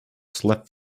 slept